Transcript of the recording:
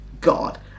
God